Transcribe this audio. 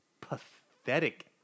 pathetic